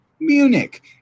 Munich